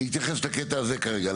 להתייחס לקטע הזה כרגע.